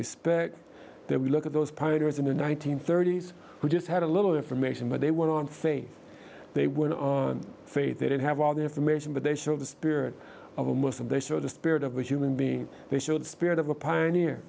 respect that we look at those pioneers in the one nine hundred thirty s who just had a little information what they want on faith they went on faith they didn't have all the information but they showed the spirit of a muslim they showed the spirit of a human being they showed the spirit of a pioneer